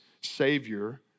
savior